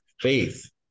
faith